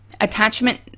attachment